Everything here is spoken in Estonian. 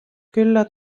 külla